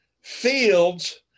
fields